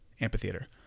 amphitheater